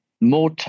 more